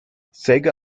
sega